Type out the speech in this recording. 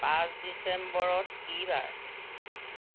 পাঁচ ডিচেম্বৰত কি বাৰ